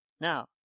Now